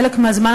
חלק מהזמן,